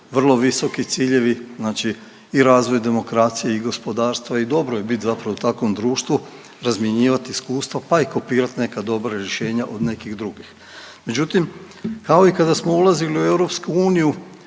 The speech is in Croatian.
vrlo visoki ciljevi. Znači i razvoj demokracije i gospodarstva i dobro je bit zapravo u takvom društvu, razmjenjivat iskustva, pa i kopirat neka dobra rješenja od nekih drugih. Međutim, kao i kada smo ulazili u EU